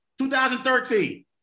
2013